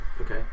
Okay